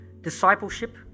discipleship